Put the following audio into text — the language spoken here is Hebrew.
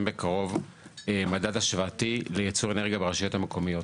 בקרוב מדד השוואתי לייצור אנרגיה ברשויות המקומיות.